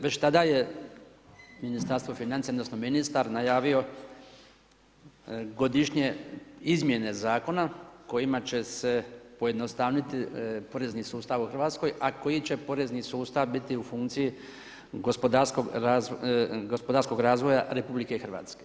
Već tada je Ministarstvo financija odnosno ministar najavio godišnje izmjene zakona kojima će se pojednostaviti porezni sustav u RH, a koji će porezni sustav biti u funkciji gospodarskog razvoja RH.